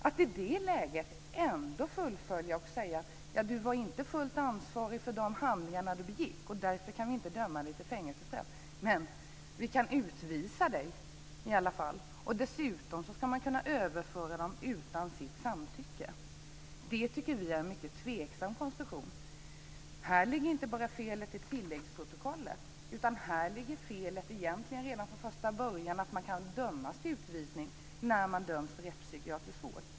Att i det läget ändå fullfölja detta och säga att personen i fråga inte var fullt ansvarig för de handlingar som han eller hon begick och därför inte kan dömas till fängelsestraff men att han eller hon kan utvisas i alla fall. Dessutom ska dessa personer kunna överföras utan deras samtycke. Det tycker vi är en mycket tveksam konstruktion. I detta fall ligger inte felet bara i tilläggsprotokollet utan felet finns redan från första början, att man kan dömas till utvisning när man döms till rättspsykiatrisk vård.